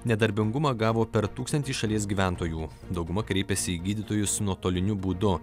nedarbingumą gavo per tūkstantį šalies gyventojų dauguma kreipėsi į gydytojus nuotoliniu būdu